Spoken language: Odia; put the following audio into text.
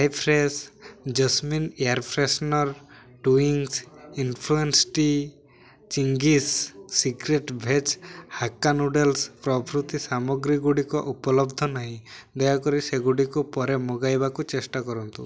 Hi-Fresh jasmine air freshener Twinings infusion tea Ching's secret veg hakka noodles ପ୍ରଭୃତି ସାମଗ୍ରୀଗୁଡ଼ିକ ଉପଲବ୍ଧ ନାହିଁ ଦୟାକରି ସେଗୁଡ଼ିକୁ ପରେ ମଗାଇବାକୁ ଚେଷ୍ଟା କରନ୍ତୁ